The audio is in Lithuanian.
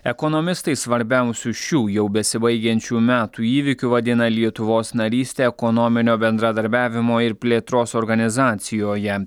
ekonomistai svarbiausiu šių jau besibaigiančių metų įvykiu vadina lietuvos narystę ekonominio bendradarbiavimo ir plėtros organizacijoje